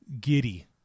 Giddy